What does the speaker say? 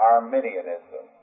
Arminianism